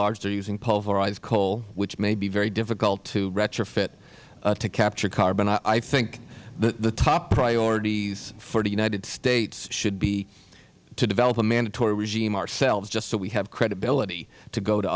large they're using pulverized coal which may be very difficult to retrofit to capture carbon i think the top priorities for the united states should be to develop a mandatory regime ourselves just so we have credibility to go to